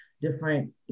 different